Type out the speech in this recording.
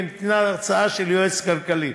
וניתנה הרצאה של יועץ כלכלי,